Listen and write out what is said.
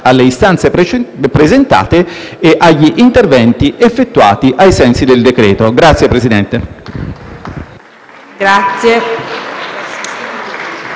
alle istanze presentate e agli interventi effettuati ai sensi del decreto-legge.